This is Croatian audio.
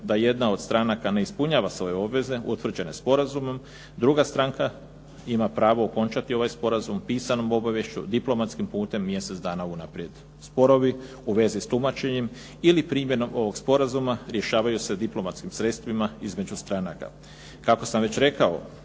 da jedna od stranaka ne ispunjava svoje obveze utvrđene sporazumom druga stranka ima pravo okončati ovaj sporazum pisanom obaviješću, diplomatskim putem mjesec dana unaprijed. Sporovi u vezi s tumačenjem ili primjenom ovog sporazuma rješavaju se diplomatskim sredstvima između stranaka. Kako sam već rekao